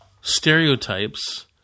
stereotypes